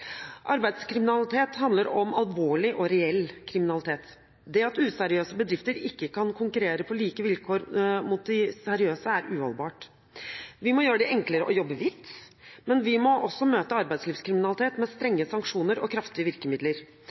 handler om alvorlig og reell kriminalitet. Det at useriøse bedrifter ikke kan konkurrere på like vilkår mot de seriøse, er uholdbart. Vi må gjøre det enklere å jobbe hvitt, men vi må også møte arbeidslivskriminalitet med strenge sanksjoner og kraftige virkemidler.